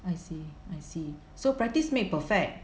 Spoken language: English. I see I see so practice makes perfect